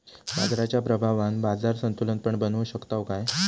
बाजाराच्या प्रभावान बाजार संतुलन पण बनवू शकताव काय?